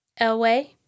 Elway